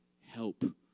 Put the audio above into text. help